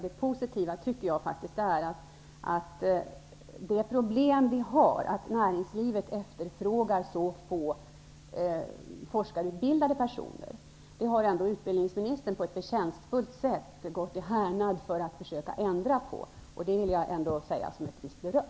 Det positiva är att utbildningsministern ändå på ett förtjänstfullt sätt har dragit ut i härnad för att försöka lösa de problem som finns -- t.ex. att näringslivet efterfrågar så få forskarutbildade personer. Det säger jag som ett visst beröm.